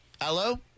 Hello